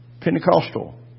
Pentecostal